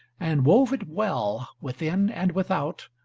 and wove it well, within and without,